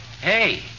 Hey